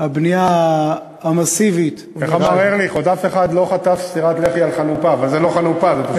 הוא לא יוכל לעמוד בכל כך